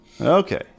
Okay